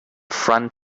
front